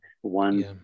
one